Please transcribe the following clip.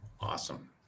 Awesome